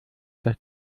das